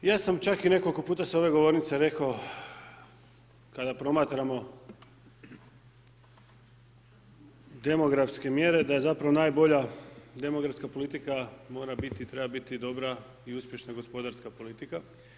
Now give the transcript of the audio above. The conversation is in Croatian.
Ja sam čak nekoliko puta sa ove govornice rekao kada promatramo demografske mjere da je zapravo najbolja demografska politika mora biti i treba biti dobra i uspješna gospodarska politika.